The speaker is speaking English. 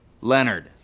Leonard